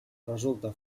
resulta